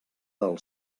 del